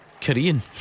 Korean